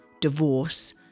divorce